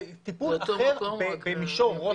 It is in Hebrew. זה טיפול אחר במישור רותם,